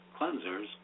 cleansers